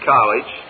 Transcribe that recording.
College